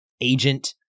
agent